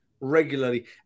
regularly